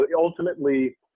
ultimately